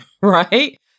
right